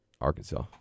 Arkansas